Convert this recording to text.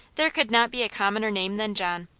there could not be a commoner name than john,